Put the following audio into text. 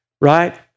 right